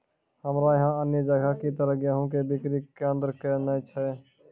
हमरा यहाँ अन्य जगह की तरह गेहूँ के बिक्री केन्द्रऽक नैय छैय?